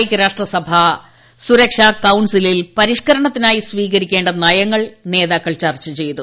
ഐക്യരാഷ്ട്ര സഭാ സുരക്ഷാ കൌൺസിലിൽ പരിഷ്കരണത്തിനായി സ്വീകരിക്കേണ്ട നയങ്ങൾ നേതാക്കൾ ചർച്ച ചെയ്തു